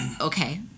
okay